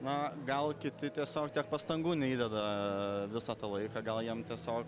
na gal kiti tiesiog tiek pastangų neįdeda visą tą laiką gal jiem tiesiog